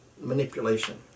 manipulation